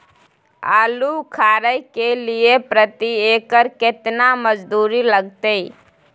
आलू उखारय के लिये प्रति एकर केतना मजदूरी लागते?